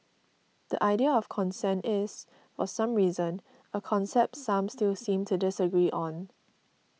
the idea of consent is for some reason a concept some still seem to disagree on